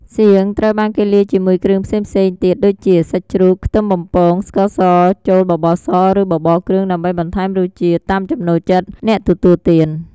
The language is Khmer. សៀងត្រូវបានគេលាយជាមួយគ្រឿងផ្សេងៗទៀតដូចជា សាច់ជ្រូក ខ្ទឹមបំពង ស្ករស ចូលបបរស ឬ បបរគ្រឿងដើម្បីបន្ថែមរសជាតិ តាមចំណូលចិត្តអ្នកទទួលទាន។